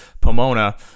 Pomona